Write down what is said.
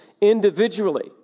individually